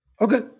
Okay